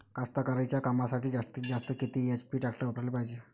कास्तकारीच्या कामासाठी जास्तीत जास्त किती एच.पी टॅक्टर वापराले पायजे?